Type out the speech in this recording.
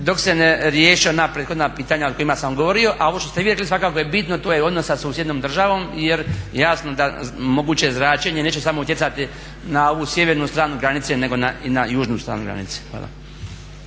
dok se ne riješe ona prethodna pitanja o kojima sam govorio, a ovo što ste vi rekli svakako je bitno. To je odnos sa susjednom državom, jer jasno da moguće zračenje neće samo utjecati na ovu sjevernu stranu granice, nego i na južnu stranu granice. Hvala.